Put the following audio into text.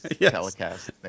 telecast